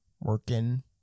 working